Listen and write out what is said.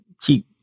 keep